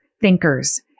thinkers